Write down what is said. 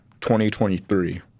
2023